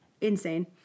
insane